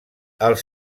els